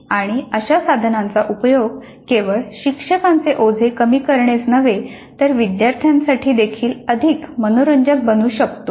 आणि अशा साधनांचा उपयोग केवळ शिक्षकांचे ओझे कमी करणेच नव्हे तर विद्यार्थ्यांसाठी देखील अधिक मनोरंजक बनवू शकतो